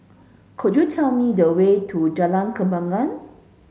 could you tell me the way to Jalan Kembangan